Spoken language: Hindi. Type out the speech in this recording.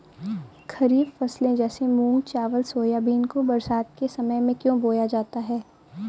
खरीफ फसले जैसे मूंग चावल सोयाबीन को बरसात के समय में क्यो बोया जाता है?